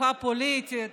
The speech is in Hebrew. השקפה פוליטית,